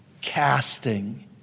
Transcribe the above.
Casting